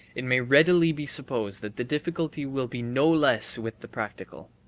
it may readily be supposed that the difficulty will be no less with the practical.